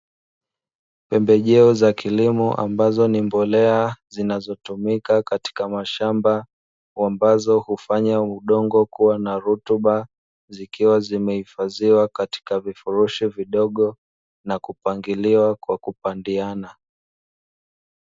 Pembejeo za kilimo ambazo ni mbolea zinazotumika katika mashamba, ambazo hufanya udongo kua na rutuba zikiwa zimehifadhiwa katika vifurushi vidogo na kupangiliwa kwa kupandiana.